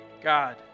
God